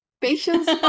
patience